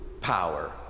power